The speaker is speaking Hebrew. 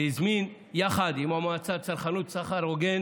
והזמין יחד עם המועצה לצרכנות וסחר הוגן